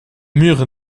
murs